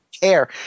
care